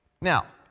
Now